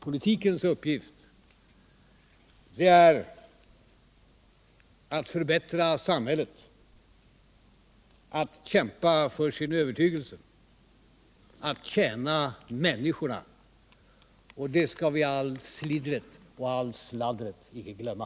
Politikens uppgift är att förbättra samhället, att kämpa för sin övertygelse, att tjäna människorna. Det skall vi i allt fliddret och allt fladdret icke glömma.